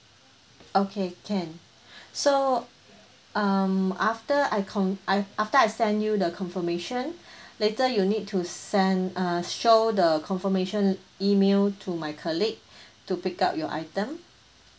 okay can so um after I con~ I've after I send you the confirmation later you need to send err show the confirmation email to my colleague to pick up your item